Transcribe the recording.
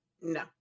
no